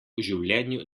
življenju